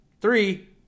Three